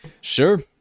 Sure